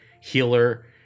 healer